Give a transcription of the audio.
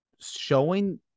showing